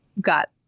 got